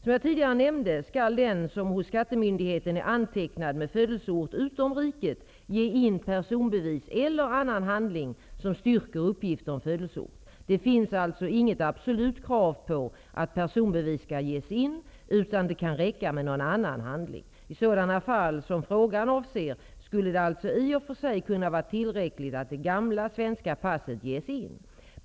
Som jag tidigare nämnde skall den som hos skattemyndigheten är antecknad med födelseort utom riket ge in personbevis eller annan handling som styrker uppgift om födelseort. Det finns alltså inget absolut krav på att personbevis skall ges in utan det kan räcka med någon annan handling. I sådana fall som frågan avser skulle det alltså i och för sig kunna vara tillräckligt att det gamla svenska passet ges in.